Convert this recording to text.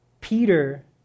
Peter